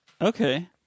Okay